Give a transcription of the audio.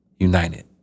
United